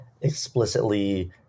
explicitly